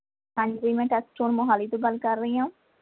ਹਾਂਜੀ ਮੈਂ ਟੱਚਸਟੋਨ ਮੋਹਾਲੀ ਤੋਂ ਗੱਲ ਕਰ ਰਹੀ ਹਾਂ